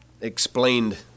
explained